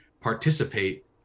participate